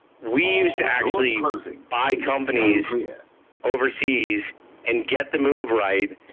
we used to actually buy companies overseas and get the move right,